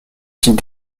site